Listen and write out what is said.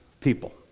people